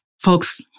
folks